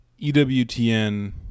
EWTN